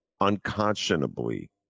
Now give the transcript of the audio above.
unconscionably